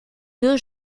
deux